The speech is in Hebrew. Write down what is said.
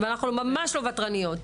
אנחנו ממש לא ותרניות.